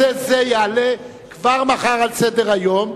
אם נושא זה יעלה כבר מחר על סדר-היום,